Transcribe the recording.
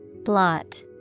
Blot